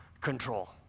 control